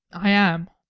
i am.